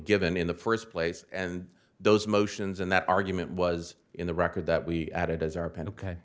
given in the first place and those motions and that argument was in the record that we added as our p